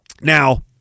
Now